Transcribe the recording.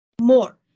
more